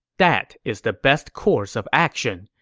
that is the best course of action.